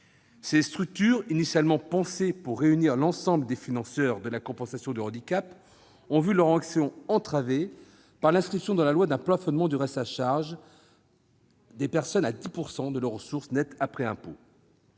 Ces structures, initialement pensées pour réunir l'ensemble des financeurs de la compensation du handicap, ont vu leur action entravée par l'inscription dans la loi d'un plafonnement du reste à charge des personnes à 10 % de leurs ressources nettes après impôt.